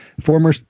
former